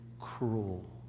cruel